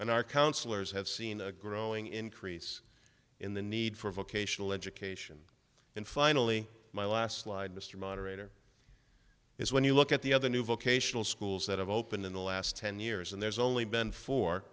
and our counselors have seen a growing increase in the need for vocational education and finally my last slide mr moderator is when you look at the other new vocational schools that have opened in the last ten years and there's only been fo